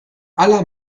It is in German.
aller